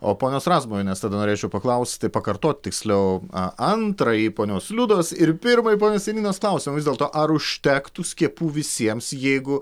o ponios razmuvienės tada norėčiau paklausti pakartot tiksliau antrąjį ponios liudos ir pirmąjį ponios janinos klausimą vis dėlto ar užtektų skiepų visiems jeigu